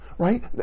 Right